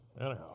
Anyhow